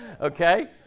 okay